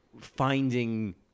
finding